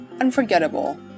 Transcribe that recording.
unforgettable